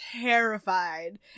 terrified